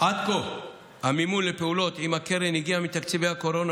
עד כה המימון לפעולות עם הקרן הגיע מתקציבי הקורונה,